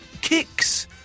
kicks